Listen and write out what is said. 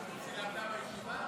היא למדה בישיבה?